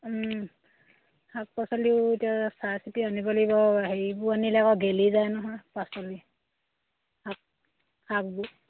শাক পাচলিও এতিয়া চাই চিতি আনিব লাগিব হেৰিবোৰ আনিলে আকৌ গেলি যায় নহয় পাচলি শাক শাকবোৰ